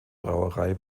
brauerei